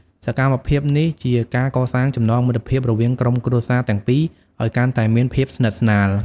សកម្មភាពនេះជាការកសាងចំណងមិត្តភាពរវាងក្រុមគ្រួសារទាំងពីរឱ្យកាន់តែមានភាពស្និទ្ធស្នាល។